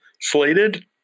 slated